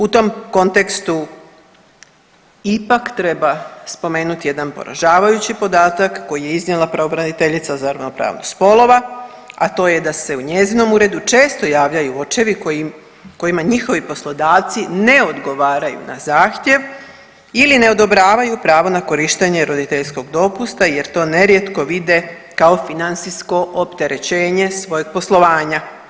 U tom kontekstu ipak treba spomenuti jedan poražavajući podatak koji je iznijela pravobraniteljica za ravnopravnost spolova, a to je da se u njezinom uredu često javljaju očevi kojima njihovi poslodavci ne odgovaraju na zahtjev ili ne odobravaju pravo na korištenje roditeljskog dopusta jer to nerijetko vide kao financijsko opterećenje svojeg poslovanja.